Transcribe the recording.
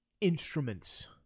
instruments